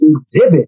exhibit